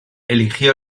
eligió